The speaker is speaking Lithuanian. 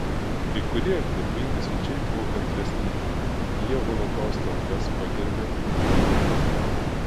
kai kurie garbingi svečiai buvo kantresni jie holokausto aukas pagerbė abi dienas